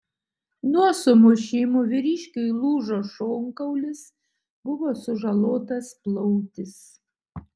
nuo sumušimų vyriškiui lūžo šonkaulis buvo sužalotas plautis